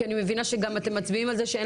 כי אני מבינה שגם אתם מצביעים על זה שאין